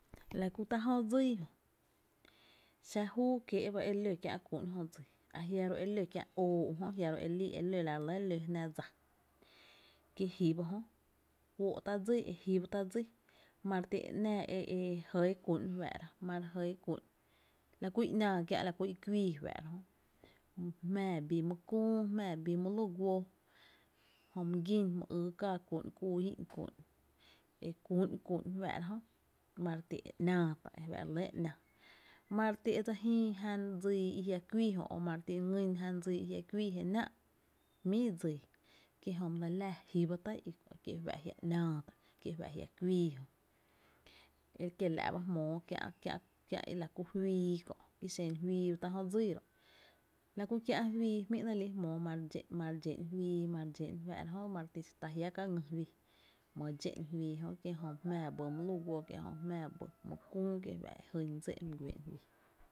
La kú tá jö dsíí jö xa júu kiee’ ba e ló kiä’ kú’n jö dsii a jia’ ro’ e ló kiä’ óo u jö a jia’ ro e lii ló e la ló jná dsa, kí jí ba jö, juóó’ tá’ dsíí e jí ba tá’ dsíí ma re ti e ‘nⱥⱥ e jɇɇ kú’n re fáá’ra ma re jɇɇ kú’n la kú i ‘náá kiä’ la kú i kuíi re fá’ra jmⱥⱥ bi mý küü jmⱥⱥ bi my lü guó, jö my gín, my yy káá kú’n kúu’n íi’n kú’n e ku’n kú’n re fáá’ra jö ma re ti e ‘naa tá’ e fá’ re lɇ e ‘náá. Ma re ti e dse jïï jan dsii i jia’ kuíi jö ma re ti dse ngýn jan dsii i jia’ kuíi jé náá’ míi dsii kie’ jö my lⱥ láá jí ba tá’ i i kí e fa’ jia ‘náá ki e fá’ jia’ kuíi jö e kiela’ ba jmóo kiä’ kiä’ i la ku fíi kö’ kí xen fíí ba tá’ jö dsii ro’ la kú kiä fii jmí’ ‘nɇɇ’ lii’ jmóo ma re dxé’n fíí, ma re dxé’n ma re ti ta jí’a ka ngý fíí my dx´’n fíí jö kie’ jö jmy jmⱥⱥ by my lu guó, kie’ jö my jmⱥⱥ bý my küü kí fá’ jyn dsí e my gué’n fíí.